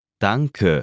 Danke